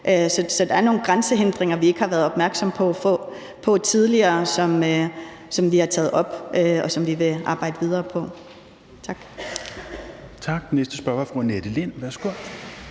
Så der er nogle grænsehindringer, vi ikke har været opmærksomme på tidligere, men som vi har taget op, og som vi vil arbejde videre på. Tak.